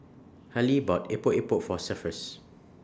Hallie bought Epok Epok For Cephus